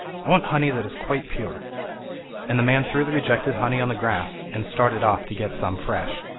i want honey that is quite pure and the man threw the rejected honey on the grass, and started off to get some fresh.